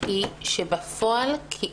היא שבפועל יש